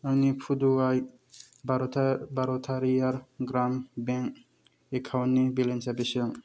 आंनि पुदुवाइ भारतारियार ग्रामा बेंक एकाउन्टनि बेलेन्सा बेसेबां